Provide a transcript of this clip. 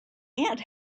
and